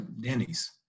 Denny's